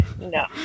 No